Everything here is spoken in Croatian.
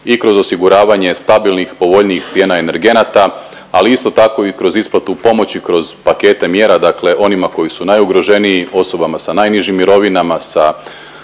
i kroz osiguravanje stabilnih povoljnijih cijena energenata, ali isto tako i kroz isplatu pomoći kroz pakete mjera dakle onima koji su najugroženiji, osobama sa najnižim mirovinama,